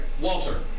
Walter